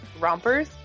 rompers